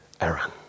Aaron